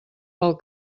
pel